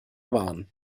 waren